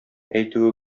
әйтүе